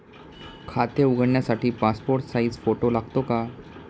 खाते उघडण्यासाठी passport size photo लागतो का?